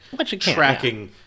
tracking